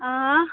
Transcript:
आं